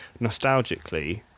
nostalgically